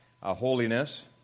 holiness